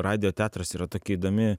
radijo teatras yra tokia įdomi